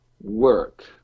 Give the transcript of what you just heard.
work